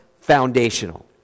foundational